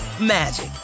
magic